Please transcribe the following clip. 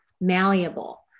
malleable